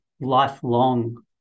lifelong